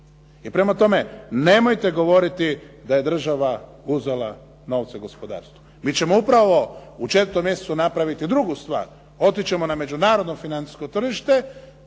I prema tome, nemojte govoriti da je država uzela novce gospodarstvu. Mi ćemo upravo u 4 mjesecu napraviti drugu stvar. Otići ćemo na međunarodno financijsko tržište,